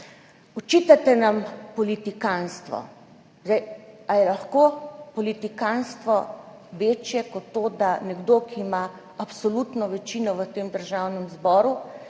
Očitate nam politikantstvo. Ali je lahko politikantstvo večje kot to, da nekdo, ki ima absolutno večino v Državnem zboru,